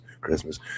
Christmas